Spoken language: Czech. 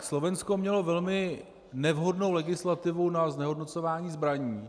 Slovensko mělo velmi nevhodnou legislativu na znehodnocování zbraní.